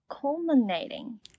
culminating